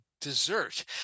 dessert